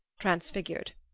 transfigured